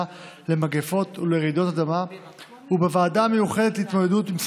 למגפות ולרעידות אדמה ובוועדה המיוחדת להתמודדות עם נגעי